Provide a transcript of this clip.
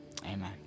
Amen